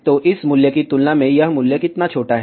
तो इस मूल्य की तुलना में यह मूल्य कितना छोटा है